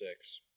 six